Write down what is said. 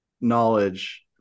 knowledge